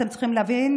אתם צריכים להבין,